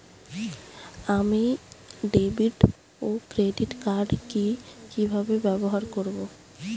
আমি ডেভিড ও ক্রেডিট কার্ড কি কিভাবে ব্যবহার করব?